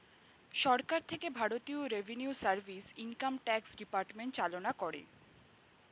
সরকার থেকে ভারতীয় revenue service, income tax department চালনা করে